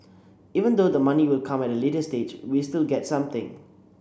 even though the money will come at a later stage we still get something